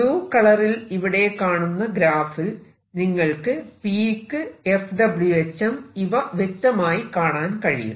blue കളറിൽ ഇവിടെ കാണുന്ന ഗ്രാഫിൽ നിങ്ങൾക്ക് പീക്ക് FWHM ഇവ വ്യക്തമായി കാണാൻ കഴിയും